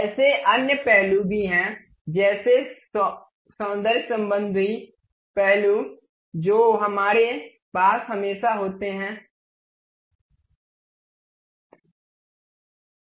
ऐसे अन्य पहलू भी हैं जैसे सौंदर्य संबंधी पहलू जो हमारे पास हमेशा होते हैं इस हिस्से को कैसे सुचारू किया जाए क्या हमारे पास कुछ अन्य प्रकार के त्रिकोणीय कट और अन्य चीजें हो सकती हैं